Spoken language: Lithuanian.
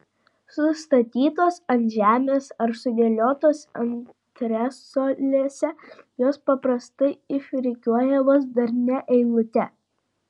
sustatytos ant žemės ar sudėliotos antresolėse jos paprastai išrikiuojamos darnia eilute